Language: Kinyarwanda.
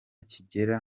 kigera